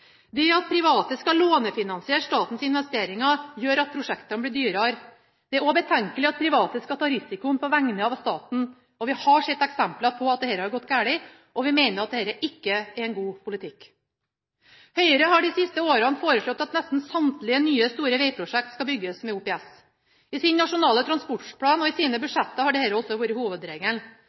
Det at private skal lånefinansiere statens investeringer, gjør at prosjektene blir dyrere. Det er også betenkelig at private skal ta risikoen på vegne av staten. Vi har sett eksempler på at dette har gått galt, og vi mener dette ikke er en god politikk. Høyre har de siste årene forslått at nesten samtlige nye, store vegprosjekter skal bygges med OPS. I sin alternative transportplan og i sine budsjetter har dette også vært hovedregelen.